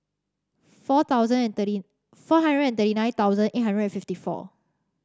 four thousand and thirty four hundred and thirty nine thousand eight hundred and fifty four